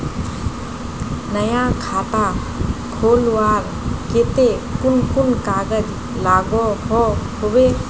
नया खाता खोलवार केते कुन कुन कागज लागोहो होबे?